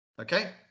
okay